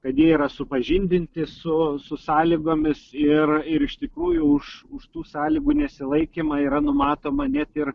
kad jie yra supažindinti su su sąlygomis ir ir iš tikrųjų už už tų sąlygų nesilaikymą yra numatoma net ir